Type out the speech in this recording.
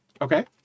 Okay